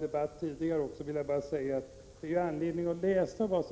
Det finns anledning att läsa